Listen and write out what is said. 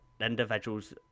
individuals